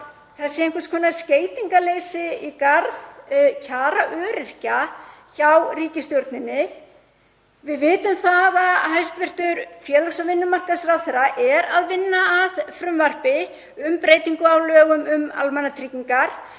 það sé einhvers konar skeytingarleysi í garð kjara öryrkja hjá ríkisstjórninni. Við vitum að hæstv. félags- og vinnumarkaðsráðherra er að vinna að frumvarpi um breytingu á lögum um almannatryggingar.